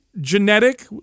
genetic